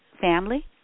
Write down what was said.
family